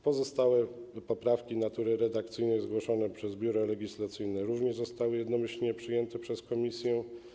Pozostałe poprawki natury redakcyjnej, zgłoszone przez Biuro Legislacyjne, również zostały jednomyślnie przyjęte przez komisję.